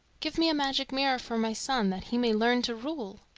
give me a magic mirror for my son, that he may learn to rule.